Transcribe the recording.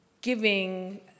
giving